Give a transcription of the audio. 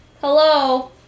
hello